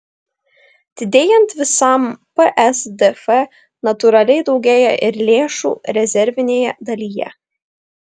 didėjant visam psdf natūraliai daugėja ir lėšų rezervinėje dalyje